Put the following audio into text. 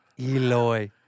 Eloy